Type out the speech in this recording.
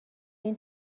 این